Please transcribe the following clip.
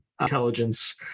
intelligence